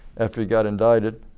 after he got indited,